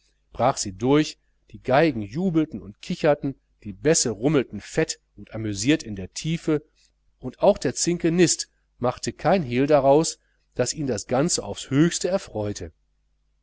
brach sie durch die geigen jubelten und kicherten die bässe rummelten fett und amüsiert in der tiefe und auch der zinkenist machte kein hehl daraus daß ihn das ganze aufs höchste erfreute